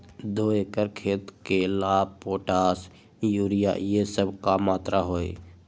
दो एकर खेत के ला पोटाश, यूरिया ये सब का मात्रा होई?